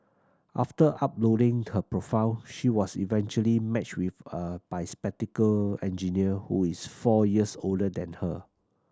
after uploading her profile she was eventually matched with a bespectacled engineer who is four years older than her